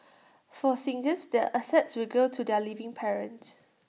for singles the assets will go to their living parents